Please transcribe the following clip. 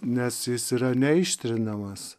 nes jis yra neištrinamas